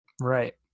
Right